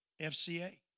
FCA